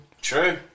True